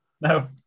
No